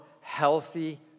healthy